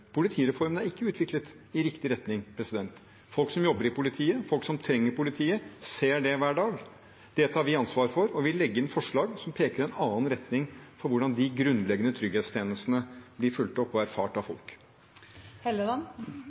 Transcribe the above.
Politireformen er ikke utviklet i riktig retning. Folk som jobber i politiet, folk som trenger politiet, ser det hver dag. Det tar vi ansvar for, og vi vil legge inn forslag som peker ut en annen retning for hvordan de grunnleggende trygghetstjenestene blir fulgt opp og erfart av